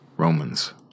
Romans